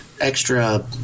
extra